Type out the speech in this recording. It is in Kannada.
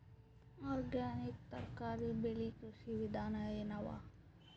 ಆರ್ಗ್ಯಾನಿಕ್ ತರಕಾರಿ ಬೆಳಿ ಕೃಷಿ ವಿಧಾನ ಎನವ?